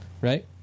right